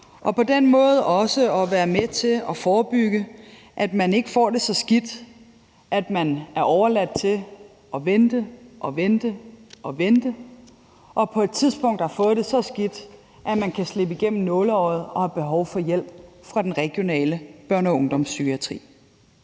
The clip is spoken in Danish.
er på den måde også med til at forebygge, at man ikke får det så skidt, at man er overladt til at vente og vente, til at man på et tidspunkt har fået det så skidt, at man kan slippe igennem nåleøjet og har behov for hjælp fra den regionale børne- og ungdomspsykiatri.